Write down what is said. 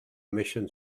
mission